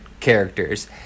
characters